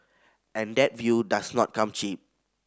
and that view does not come cheap